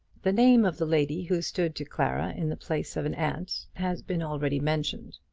the name of the lady who stood to clara in the place of an aunt has been already mentioned.